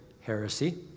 heresy